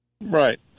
Right